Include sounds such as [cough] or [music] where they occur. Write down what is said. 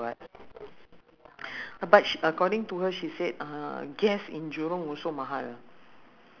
what do you call that like [noise] wanton noodles or uh fish uh ban mian